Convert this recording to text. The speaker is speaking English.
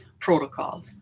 protocols